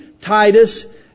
Titus